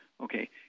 Okay